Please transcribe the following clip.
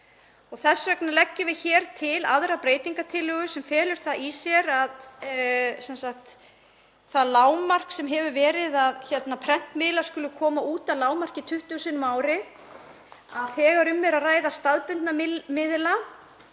Þess vegna leggjum við til aðra breytingu sem felur í sér að það lágmark sem hefur verið, að prentmiðlar skuli koma út að lágmarki 20 sinnum á ári, að þegar um er að ræða staðbundna miðla